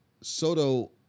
Soto